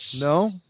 No